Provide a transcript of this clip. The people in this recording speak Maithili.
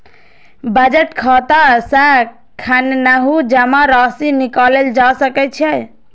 बचत खाता सं कखनहुं जमा राशि निकालल जा सकै छै